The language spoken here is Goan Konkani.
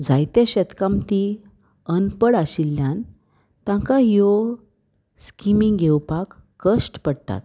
जायते शेतकामती अनपड आशिल्ल्यान तांकां ह्यो स्किमी येवपाक कश्ट पडटात